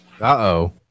Uh-oh